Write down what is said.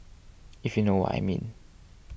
if you know what I mean